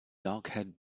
darkhaired